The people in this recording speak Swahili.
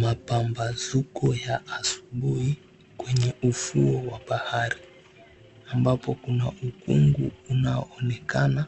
Mapambazuko ya asubuhi kwenye ufuo wa bahari ambapo kuna ukungu unaonekana